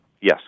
Yes